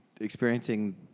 experiencing